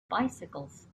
bicycles